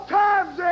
times